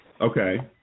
Okay